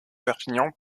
perpignan